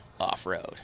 off-road